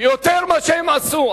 יותר מאשר הם עשו.